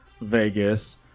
Vegas